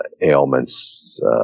ailments